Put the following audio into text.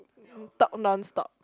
talk non stop